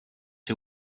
who